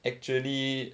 actually